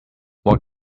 what